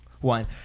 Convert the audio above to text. one